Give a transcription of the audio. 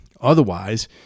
otherwise